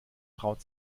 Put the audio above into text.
traut